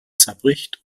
zerbricht